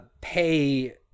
pay